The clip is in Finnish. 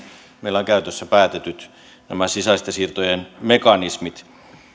meillä on käytössä päätetyt sisäisten siirtojen mekanismit